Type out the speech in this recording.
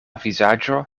vizaĝo